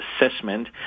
assessment